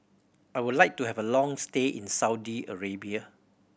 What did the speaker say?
I would like to have a long stay in Saudi Arabia